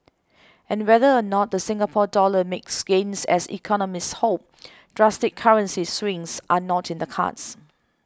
and whether or not the Singapore Dollar makes gains as economists hope drastic currency swings are not in the cards